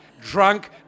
drunk